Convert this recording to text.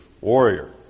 warrior